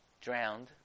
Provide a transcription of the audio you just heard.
drowned